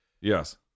Yes